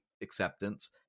acceptance